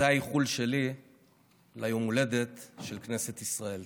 זה האיחול שלי ליום ההולדת של כנסת ישראל.